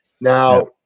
Now